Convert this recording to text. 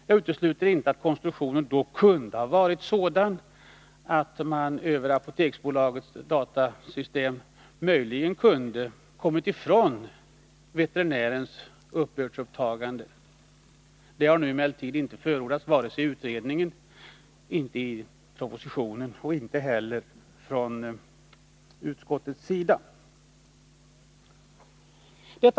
Jag utesluter inte att konstruktionen då kunde ha varit sådan att man över Apoteksbolagets datasystem möjligen kunde ha kommit ifrån veterinärernas uppbördsuttagande. Det har nu emellertid inte förordats, varken i utredningen, i propositionen eller från utskottets sida.